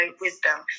wisdom